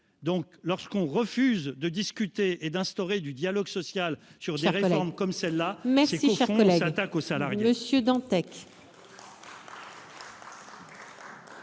patron. Lorsqu'on refuse de discuter et d'instaurer du dialogue social sur des réformes comme celle-là, c'est, au fond, qu'on s'attaque aux salariés